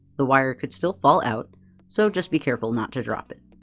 the wire could still fall out so just be careful not to drop it.